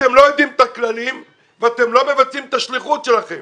אתם לא יודעים את הכללים ואתם לא מבצעים את השליחות שלכם.